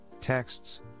texts